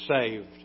saved